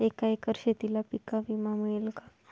एका एकर शेतीला पीक विमा मिळेल का?